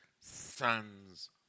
sons